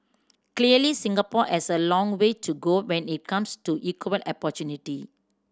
clearly Singapore has a long way to go when it comes to equal opportunity